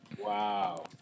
Wow